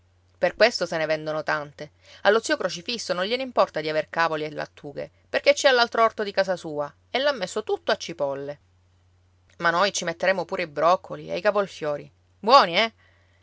per questo se ne vendono tante allo zio crocifisso non gliene importa di aver cavoli e lattughe perché ci ha l'altro orto di casa sua e l'ha messo tutto a cipolle ma noi ci metteremo pure i broccoli e i cavolfiori buoni eh